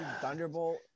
thunderbolt